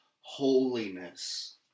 holiness